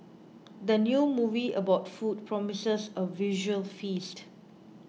the new movie about food promises a visual feast